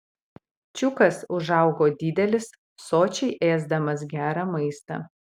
čiukas užaugo didelis sočiai ėsdamas gerą maistą